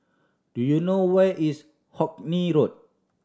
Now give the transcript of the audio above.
do you know where is Hawkinge Road